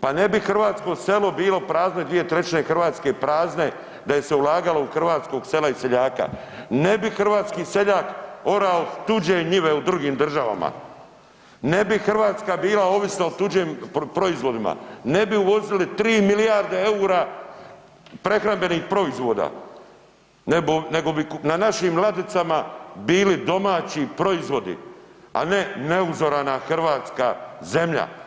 pa ne bi hrvatsko selo bilo prazno i dvije trećine Hrvatske prazne da je se ulagalo u hrvatsko selo i seljaka, ne bi hrvatski seljak orao tuđe njive u drugim državama, ne bi Hrvatska bila ovisna o tuđim proizvodima, ne bi uvozili 3 milijarde eura prehrambenih proizvoda nego bi na našim ladicama bili domaći proizvodi, a ne ne uzorana hrvatska zemlja.